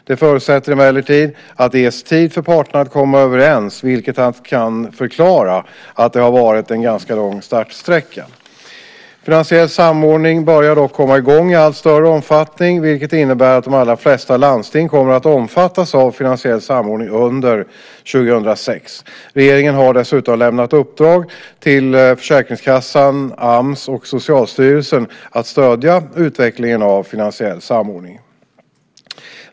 Det förutsätter emellertid att det ges tid för parterna att komma överens, vilket kan förklara att det har varit en ganska lång startsträcka. Finansiell samordning börjar dock komma i gång i allt större omfattning, vilket innebär att de allra flesta landsting kommer att omfattas av finansiell samordning under 2006. Regeringen har dessutom lämnat uppdrag till Försäkringskassan, Ams och Socialstyrelsen att stödja utvecklingen av finansiell samordning.